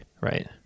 Right